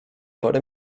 parę